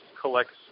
collects